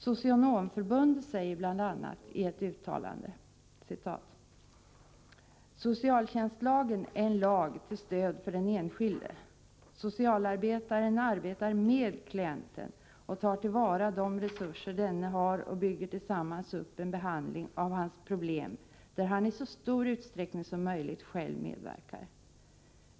Socionomförbundet säger bl.a. i ett uttalande: ”Socialtjänstlagen är en lag till stöd för den enskilde. Socialarbetaren arbetar med klienten och tar tillvara de resurser denne har och bygger tillsammans upp en behandling av hans problem där han i så stor utsträckning som möjligt själv medverkar.